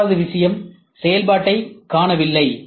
மூன்றாவது விஷயம் செயல்பாட்டைக் காணவில்லை